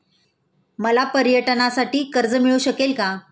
मला पर्यटनासाठी कर्ज मिळू शकेल का?